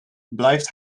blijft